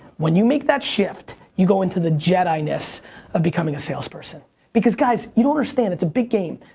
when you make that shift, you go into the jet ickiness of becoming a salesperson because guys, you don't understand. it's a big game.